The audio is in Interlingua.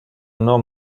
non